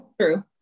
true